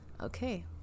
okay